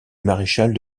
maréchal